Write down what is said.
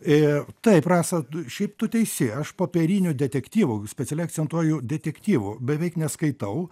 ė taip rasa tu šiaip tu teisi aš popierinių detektyvų specialiai akcentuoju detektyvų beveik neskaitau